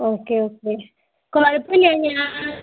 okay okay കുഴപ്പമില്ല ഞാൻ